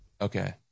Okay